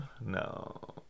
no